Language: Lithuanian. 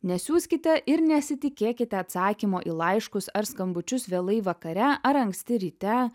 nesiųskite ir nesitikėkite atsakymo į laiškus ar skambučius vėlai vakare ar anksti ryte